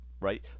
right